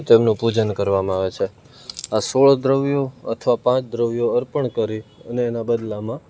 તેમનું પૂજન કરવામાં આવે છે આ સોળ દ્રવ્યો અથવા પાંચ દ્રવ્યો અર્પણ કરી અને એમના બદલામાં